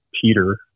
Peter